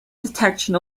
detection